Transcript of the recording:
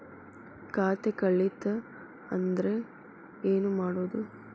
ಖಾತೆ ಕಳಿತ ಅಂದ್ರೆ ಏನು ಮಾಡೋದು?